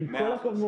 עם כל הכבוד,